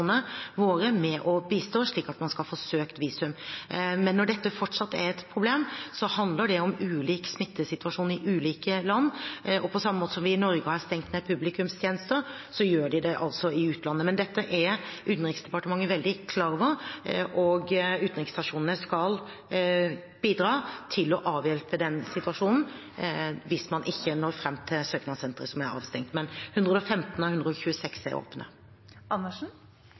våre med å bistå slik at man skal få søkt visum. Men når dette fortsatt er et problem, handler det om ulik smittesituasjon i ulike land, og på samme måte som vi i Norge har stengt ned publikumstjenester, gjør de det altså i utlandet. Men dette er Utenriksdepartementet veldig klar over, og utenriksstasjonene skal bidra til å avhjelpe situasjonen hvis man ikke når fram til søknadssentre som er avstengt. Men 115 av 126 er åpne.